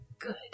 Good